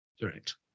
Correct